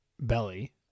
belly